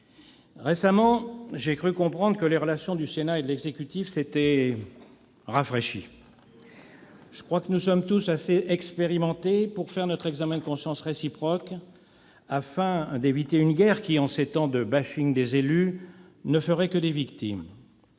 Récemment, j'ai cru comprendre que les relations du Sénat et de l'exécutif s'étaient ... rafraîchies. Je crois que nous sommes tous assez expérimentés pour faire notre examen de conscience réciproque, afin d'éviter une guerre qui, en ces temps de des élus, ne ferait que des victimes.